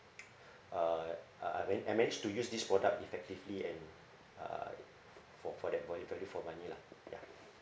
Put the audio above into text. uh uh I man~ I manage to use this product effectively and uh for for that and value for money lah ya